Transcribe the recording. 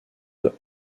des